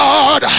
God